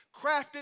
crafted